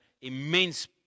immense